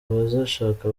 abazashaka